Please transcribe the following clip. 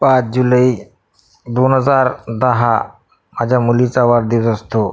पाच जुलै दोन हजार दहा माझ्या मुलीचा वाढदिवस असतो